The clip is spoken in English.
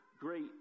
great